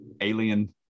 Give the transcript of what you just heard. alien